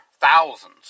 thousands